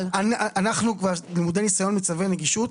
אנחנו כבר למודי ניסיון מצווי הנגישות.